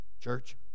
Church